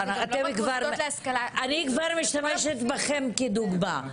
אני כבר משתמשת בכם כדוגמה.